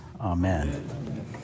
Amen